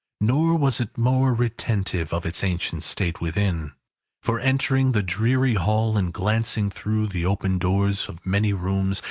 nor was it more retentive of its ancient state, within for entering the dreary hall, and glancing through the open doors of many rooms,